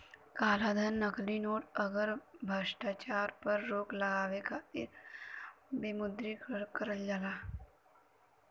कालाधन, नकली नोट, आउर भ्रष्टाचार पर रोक लगावे खातिर विमुद्रीकरण करल जाला